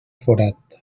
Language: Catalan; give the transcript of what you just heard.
forat